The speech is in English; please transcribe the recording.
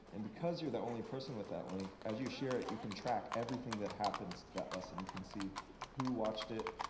and because you are the only person with that link, as you share it, you can track everything that happens to that lesson. you can see who watched it,